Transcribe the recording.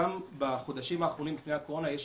גם בחודשים האחרונים לפני הקורונה יש